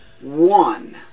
one